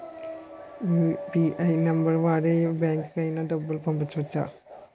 UPI number వాడి యే బ్యాంకుకి అయినా డబ్బులు పంపవచ్చ్చా?